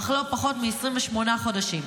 אך לא פחות מ-28 חודשים.